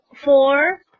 four